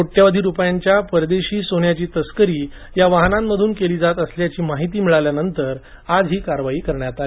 कोट्यवधीरुपयांच्या परदेशी सोन्याची तस्करी या वाहनांमधून केली जात असल्याची गुप्तमाहिती मिळाल्यानंतर आज ही कारवाई करण्यात आली